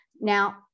Now